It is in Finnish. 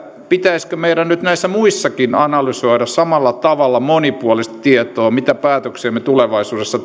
pitäisikö meidän nyt näissä muissakin analysoida samalla tavalla monipuolista tietoa mitä päätöksiä me tulevaisuudessa